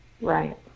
Right